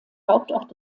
hauptort